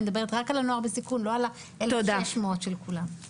אני מדברת רק על הנוער בסיכון ולא על ה-1,600 של כולם.